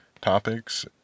topics